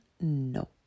No